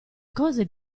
cose